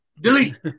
Delete